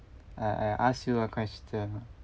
I I ask you a question ah